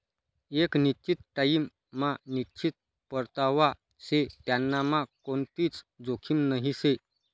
एक निश्चित टाइम मा निश्चित परतावा शे त्यांनामा कोणतीच जोखीम नही शे